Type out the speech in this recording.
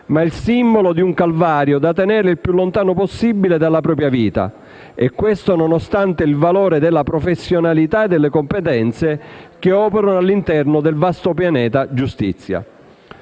ma il simbolo di un calvario da tenere il più lontano possibile dalla propria vita, e questo nonostante il valore della professionalità e delle competenze che operano all'interno del vasto pianeta giustizia.